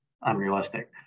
unrealistic